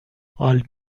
حال